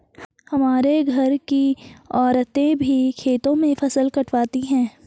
हमारे घर की औरतें भी खेतों में फसल कटवाती हैं